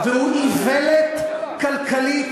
והוא איוולת כלכלית,